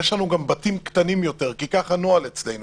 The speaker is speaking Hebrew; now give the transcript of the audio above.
יש לנו גם בתים קטנים יותר, כי כך הנוהל אצלנו.